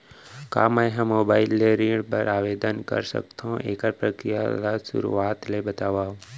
का मैं ह मोबाइल ले ऋण बर आवेदन कर सकथो, एखर प्रक्रिया ला शुरुआत ले बतावव?